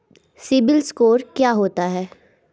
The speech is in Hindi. सिबिल स्कोर क्या होता है?